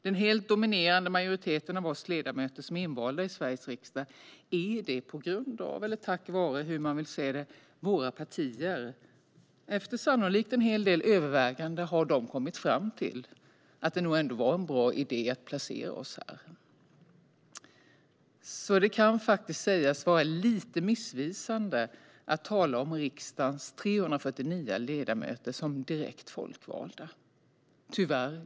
Den helt dominerande majoriteten av oss ledamöter som är invalda i Sveriges riksdag är det på grund av eller tack vare, beroende på hur man vill se det, att våra partier, efter sannolikt en hel del övervägande, har kommit fram till att det nog ändå var en bra idé att placera oss här. Så det kan faktiskt sägas vara lite missvisande att tala om riksdagens 349 ledamöter som direkt folkvalda.